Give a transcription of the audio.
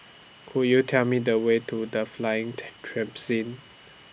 Could YOU Tell Me The Way to The Flying